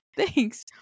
Thanks